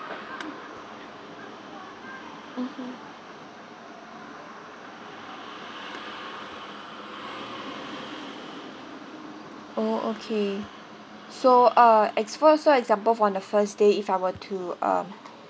mmhmm oh okay so uh as exa~ so example on the first day if I were to uh